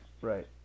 Right